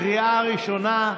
בקריאה ראשונה.